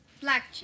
Black